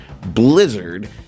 blizzard